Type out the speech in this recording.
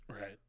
Right